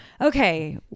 Okay